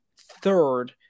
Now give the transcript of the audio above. third